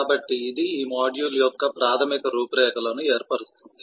కాబట్టి ఇది మాడ్యూల్ యొక్క ప్రాథమిక రూపురేఖలను ఏర్పరుస్తుంది